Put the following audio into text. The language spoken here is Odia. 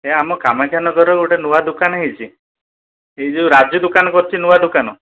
ଏ ଆମ କାମାକ୍ଷା ନଗରରେ ଗୋଟେ ନୂଆ ଦୋକାନ ହେଇଛି ଏଇ ଯେଉଁ ରାଜୁ ଦୋକାନ କରଛି ନୂଆ ଦୋକାନ